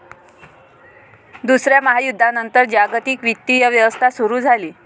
दुसऱ्या महायुद्धानंतर जागतिक वित्तीय व्यवस्था सुरू झाली